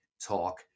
talk